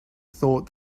thought